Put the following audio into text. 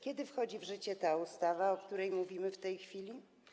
Kiedy wchodzi w życie ta ustawa, o której mówimy w tej chwili?